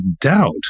doubt